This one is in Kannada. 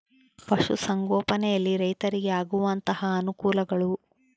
ಪಶುಸಂಗೋಪನೆಯಲ್ಲಿ ರೈತರಿಗೆ ಆಗುವಂತಹ ಅನುಕೂಲಗಳು?